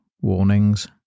warnings